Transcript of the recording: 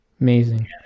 Amazing